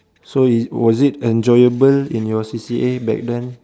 so it was it enjoyable in your C_C_A back then